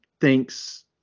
thinks